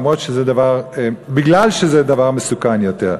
מפני שזה דבר מסוכן יותר.